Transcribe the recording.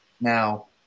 now